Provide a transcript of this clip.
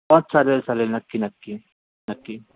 हां चालेल चालेल नक्की नक्की नक्की